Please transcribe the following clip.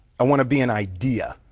i wanna be an idea.